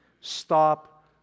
Stop